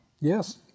Yes